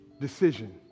decision